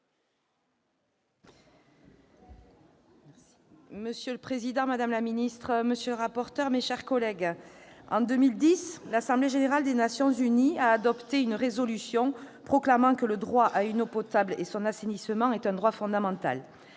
Monsieur le président, madame la ministre, monsieur le rapporteur, mes chers collègues, en 2010, l'Assemblée générale des Nations unies a adopté une résolution proclamant que le droit à une eau potable et à l'assainissement est un droit fondamental.